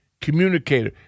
communicator